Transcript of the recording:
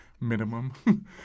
minimum